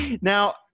Now